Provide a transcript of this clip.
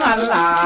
Allah